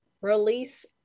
release